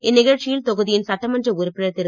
இந்நிகழ்ச்சியில் தொகுதியின் சட்டமன்ற உறுப்பினர் திரு